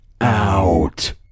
out